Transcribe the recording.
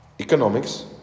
Economics